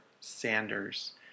Sanders